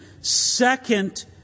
Second